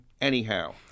Anyhow